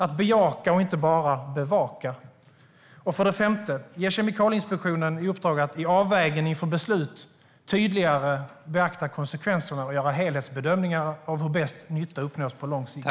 Det handlar om att bejaka och inte bara bevaka. Ge Kemikalieinspektionen i uppdrag att i avvägning inför beslut tydligare beakta konsekvenserna och göra helhetsbedömningar av hur bäst nytta uppnås på lång sikt.